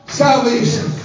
salvation